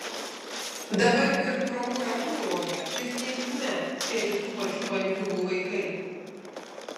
dabar ir prokuratūroje ir teisme sėdi tų pačių bandiūgų vaikai